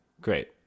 Great